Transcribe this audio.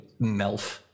Melf